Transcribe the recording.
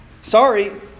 sorry